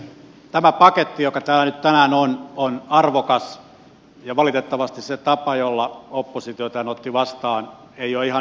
tämä paketti joka täällä nyt tänään on on arvokas ja valitettavasti se tapa jolla oppositio tämän otti vastaan ei ole ihan yhtä arvokas